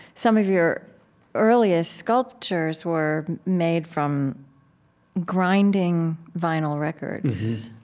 some of your earliest sculptures were made from grinding vinyl records